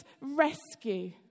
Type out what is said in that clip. rescue